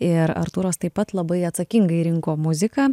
ir artūras taip pat labai atsakingai rinko muziką